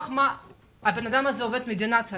הוא עובד מדינה, הוא